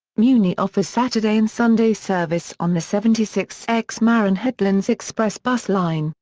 muni offers saturday and sunday service on the seventy six x marin headlands express bus line,